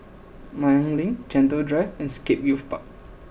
Nanyang Link Gentle Drive and Scape Youth Park